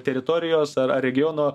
teritorijos ar ar regiono